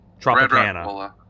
Tropicana